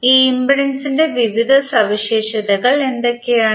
ഈ ഇംപെൻഡൻസിന്റെ വിവിധ സവിശേഷതകൾ എന്തൊക്കെയാണ്